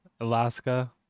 Alaska